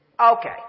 Okay